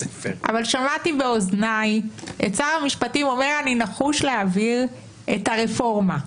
אבל שמעתי באוזניי את שר המשפטים אומר: אני נחוש להעביר את הרפורמה.